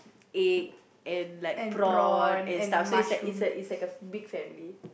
egg and like prawn and stuff so it's like it's like it's like a big family